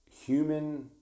human